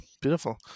beautiful